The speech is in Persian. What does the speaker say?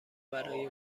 برای